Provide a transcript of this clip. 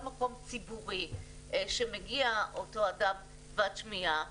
מקום ציבורי שמגיע אותו אדם כבד שמיעה,